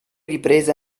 riprese